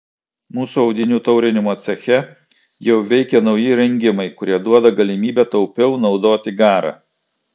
mūsų audinių taurinimo ceche jau veikia nauji įrengimai kurie duoda galimybę taupiau naudoti garą